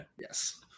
yes